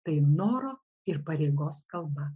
tai noro ir pareigos kalba